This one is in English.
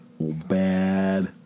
Bad